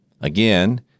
Again